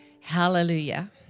Hallelujah